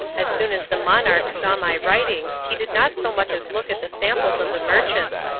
as soon as the monarch saw my writing he did not so much as look at the samples of the merchants,